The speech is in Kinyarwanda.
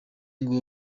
ngo